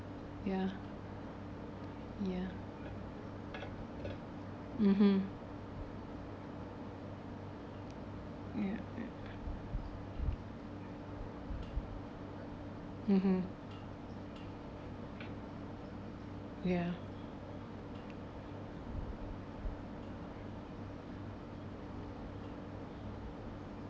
ya ya (uh huh) ya (uh huh) ya